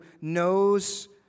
knows